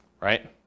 right